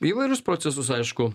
įvairius procesus aišku